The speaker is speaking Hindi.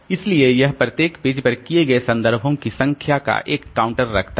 इसलिए यह प्रत्येक पेज पर किए गए संदर्भों की संख्या का एक काउंटर रखता है